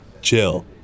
Chill